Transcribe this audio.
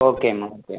ஓகேம்மா ஓகே